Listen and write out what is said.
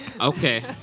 Okay